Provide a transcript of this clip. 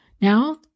Now